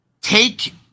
Take